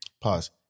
Pause